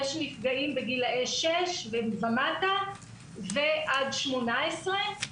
יש נפגעים בגילאי 6 ומטה ועד 18,